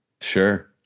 Sure